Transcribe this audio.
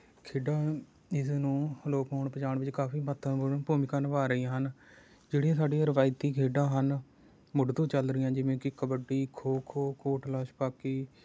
ਖੇਡਾਂ ਇਸ ਨੂੰ ਅਲੋਪ ਹੋਣ ਬਚਾਉਣ ਵਿੱਚ ਕਾਫ਼ੀ ਮਹੱਤਵਪੂਰਨ ਭੂਮਿਕਾ ਨਿਭਾ ਰਹੀਆਂ ਹਨ ਜਿਹੜੀਆਂ ਸਾਡੀਆਂ ਰਵਾਇਤੀ ਖੇਡਾਂ ਹਨ ਮੁੱਢ ਤੋਂ ਚੱਲ ਰਹੀਆਂ ਜਿਵੇਂ ਕਿ ਕਬੱਡੀ ਖੋ ਖੋ ਕੋਟਲਾ ਛਪਾਕੀ